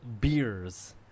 beers